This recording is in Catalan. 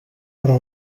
però